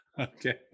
Okay